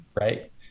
right